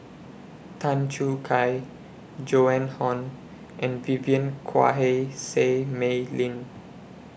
Tan Choo Kai Joan Hon and Vivien Quahe Seah Mei Lin